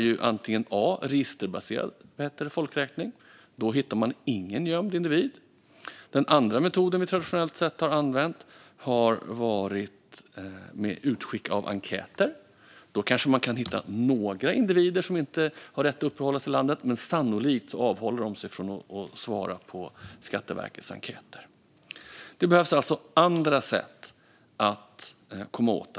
Den första är registerbaserad folkräkning. Då hittar man ingen gömd individ. Den andra metoden som vi traditionellt sett har använt är utskick av enkäter. Genom den kan man kanske hitta några individer som inte har rätt att uppehålla sig i landet, men sannolikt avhåller de sig från att svara på Skatteverkets enkäter. Det behövs alltså andra sätt för att komma åt detta.